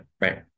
right